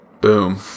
Boom